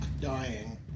dying